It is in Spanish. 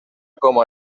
como